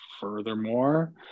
Furthermore